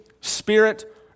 spirit